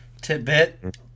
Tidbit